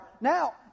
now